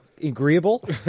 agreeable